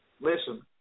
listen